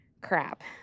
Crap